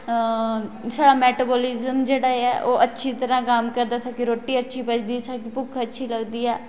हा साढ़ा मेटावाॅलिजम जेहड़ा ऐ ओह् अच्छी तरह कम्म करदा रोटी अच्छी पचदी स्हानू भुक्ख अच्छी लगदी ऐ